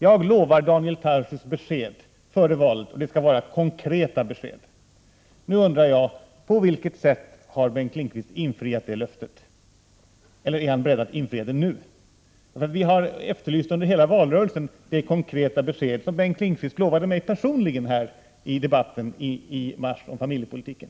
Jag lovar Daniel Tarschys besked före valet. Det skall vara konkreta besked. Nu undrar jag: På vilket sätt har Bengt Lindqvist infriat det löftet, eller är han beredd att infria det nu? Folkpartiet har under hela valrörelsen efterlyst de konkreta besked som Bengt Lindqvist lovade mig personligen i debatten i mars om familjepolitiken.